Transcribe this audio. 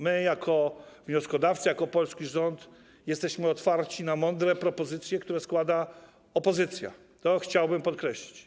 My, jako wnioskodawcy, jako polski rząd, jesteśmy otwarci na mądre propozycje, które składa opozycja - to chciałbym podkreślić.